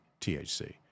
THC